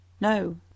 No